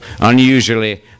Unusually